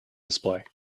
display